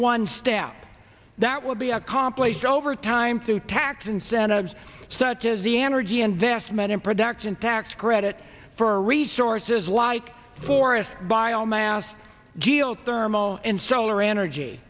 one step that will be accomplished over time through tax incentives such as the energy investment and production tax credit for resources like forest bio mass geothermal and solar energy